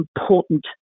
important